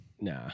Nah